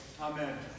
Amen